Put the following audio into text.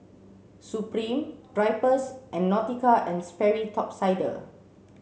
Supreme Drypers and Nautica and Sperry Top Sider